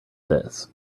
this